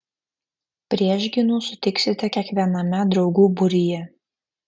priešgynų sutiksite kiekviename draugų būryje